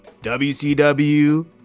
WCW